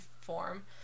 form